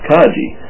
Kaji